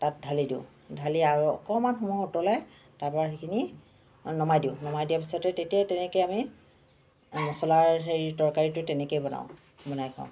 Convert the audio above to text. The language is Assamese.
তাত ঢালি দিওঁ ঢালি আৰু অকণমান সময় উতলাই তাৰপৰা সেইখিনি নমাই দিওঁ নমাই দিয়া পিছতে তেতিয়াই তেনেকৈ আমি মচলাৰ হেৰি তৰকাৰীটো তেনেকেই বনাও বনাই খোৱাওঁ